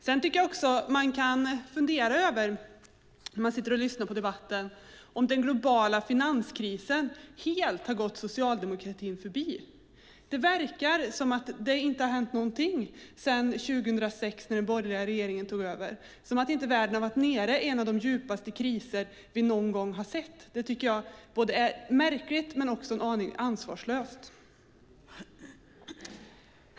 Man kan också fundera över om den globala finanskrisen helt har gått socialdemokratin förbi. Det verkar som om det inte har hänt någonting sedan 2006, då den borgerliga regeringen tog över. Det är som om världen inte har varit nere i en av de djupaste kriser vi någon gång har sett. Det är både märkligt och en aning ansvarslöst!